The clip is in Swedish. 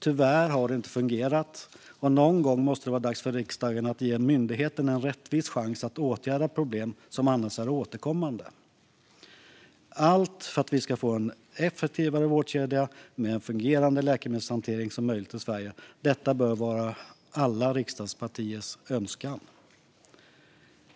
Tyvärr har det inte fungerat. Någon gång måste det vara dags för riksdagen att ge myndigheten en rättvis chans att åtgärda problem som annars är återkommande, allt för att vi ska få så en effektiv vårdkedja med fungerande läkemedelshantering som möjligt i Sverige. Detta bör vara alla riksdagspartiers önskan.